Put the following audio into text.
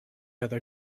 other